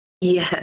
Yes